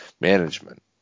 management